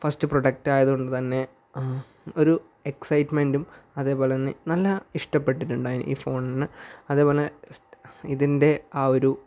first product ആയതുകൊണ്ട് തന്നെ ഒരു എക്സൈറ്റ്മെന്റും അതേപോലെ തന്നെ നല്ല ഇഷ്ടപ്പെട്ടിട്ടുണ്ട് ഈ ഫോണിന് അതേപോലെ ഇതിൻ്റെ ആ ഒരു